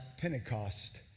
Pentecost